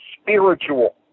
spiritual